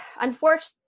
unfortunately